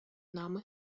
нами